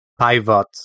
pivot